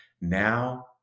Now